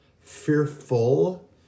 fearful